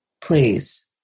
Please